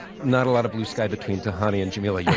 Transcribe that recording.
not a lot of blue sky between tahani and jameela, yeah